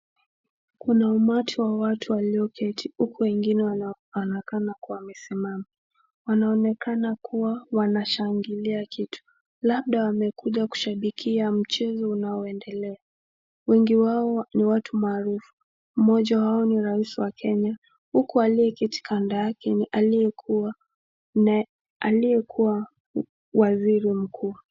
Kuna umati wa watu walioketi huku wengine wanaonekana kuwa wamesimama. Wanaonekana kama wanashangilia kitu. Labda waamekuja kushabikia mchezo unaoendelea. Wengi wao ni watu maarufu. Mmoja wao ni rais wa Kenya huku aliyeketi kando yake ni aliyekuwa waziri mkuu.